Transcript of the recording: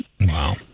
Wow